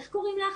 איך קוראים לך?